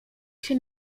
się